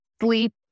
sleep